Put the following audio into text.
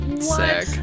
Sick